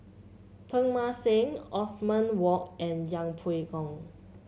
Teng Mah Seng Othman Wok and Yeng Pway Ngon